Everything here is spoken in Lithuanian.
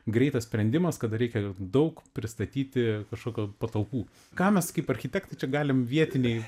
greitas sprendimas kada reikia daug pristatyti kažkokių patalpų ką mes kaip architektai čia galim vietiniai